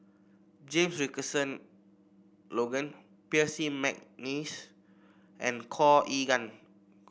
James Richardson Logan Percy McNeice and Khor Ean Ghee